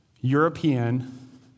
European